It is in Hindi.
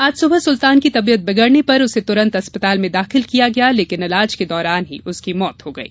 आज सुबह सुल्तान की तबीयत बिगड़ने पर उसे तुरंत अस्पताल में दाखिल किया गया लेकिन इलाज के दौरान ही उसकी मौत हो गई